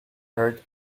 heard